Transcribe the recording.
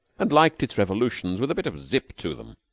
and liked its revolutions with a bit of zip to them.